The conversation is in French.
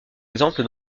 exemple